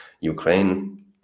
ukraine